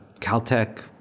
Caltech